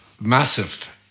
massive